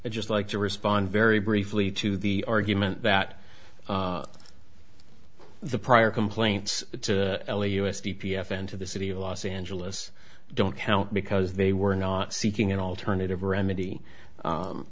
i'd just like to respond very briefly to the argument that the prior complaints to l a us d p f and to the city of los angeles don't count because they were not seeking an alternative remedy